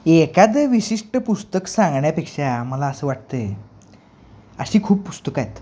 एखादं विशिष्ट पुस्तक सांगण्यापेक्षा मला असं वाटत आहे अशी खूप पुस्तकं आहेत